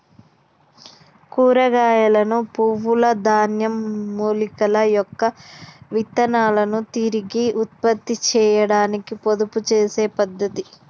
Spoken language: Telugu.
కూరగాయలను, పువ్వుల, ధాన్యం, మూలికల యొక్క విత్తనాలను తిరిగి ఉత్పత్తి చేయాడానికి పొదుపు చేసే పద్ధతి